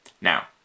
now